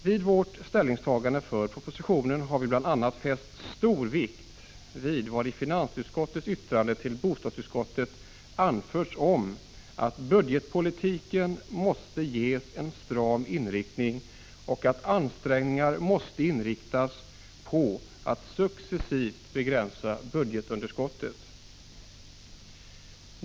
Vid vårt ställningstagande för propositionen har vi bl.a. fäst stor vikt vid vad i finansutskottets yttrande till bostadsutskottet anförts om att budgetpolitiken måste ges en stram inriktning, och att ansträngningarna måste inriktas på att successivt begränsa budgetunderskottet.